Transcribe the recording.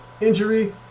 injury